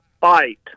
fight